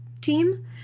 team